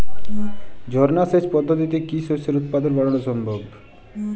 ঝর্না সেচ পদ্ধতিতে কি শস্যের উৎপাদন বাড়ানো সম্ভব?